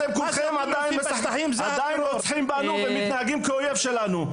אתם כולכם עדיין רוצחים בנו ומתנהגים כאויב שלנו.